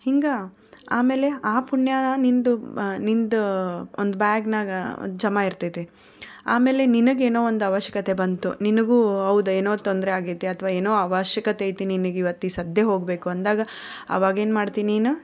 ಹಿಂಗೆ ಆಮೇಲೆ ಆ ಪುಣ್ಯ ನಿನ್ನದು ನಿನ್ನದು ಒಂದು ಬ್ಯಾಗ್ನಾಗ ಜಮಾ ಇರ್ತೈತೆ ಆಮೇಲೆ ನಿನಗೆ ಏನೋ ಒಂದು ಅವಶ್ಯಕತೆ ಬಂತು ನಿನಗೂ ಹೌದೇನೊ ತೊಂದರೆ ಆಗಿದೆ ಅಥ್ವಾ ಏನೋ ಅವಶ್ಯಕತೆ ಐತಿ ನಿನಗೆ ಇವತ್ತು ಈಗ ಸದ್ಯಕ್ಕೆ ಹೋಗಬೇಕು ಅಂದಾಗ ಆವಾಗ ಏನು ಮಾಡ್ತಿ ನೀನು